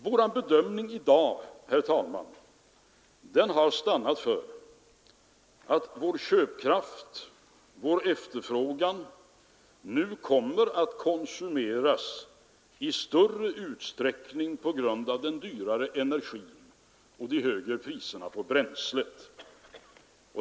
Vid sin bedömning i dag, herr talman, har regeringen stannat för att vår köpkraft, vår efterfrågan, kommer att konsumeras i större utsträckning av den dyrare energin och de högre priserna på bränslet.